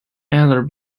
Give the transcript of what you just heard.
either